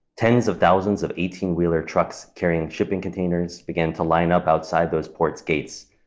tens of thousands of eighteen wheeler trucks carrying shipping containers began to line up outside those ports' gates.